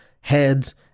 heads